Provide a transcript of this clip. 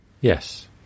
yes